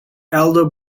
elder